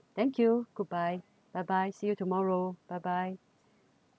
thank you goodbye bye bye see you tomorrow bye bye